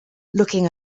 looking